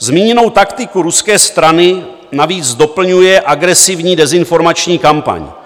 Zmíněnou taktiku ruské strany navíc doplňuje agresivní dezinformační kampaň.